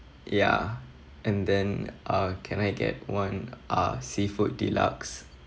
ya and then uh can I get one uh seafood deluxe